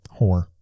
Whore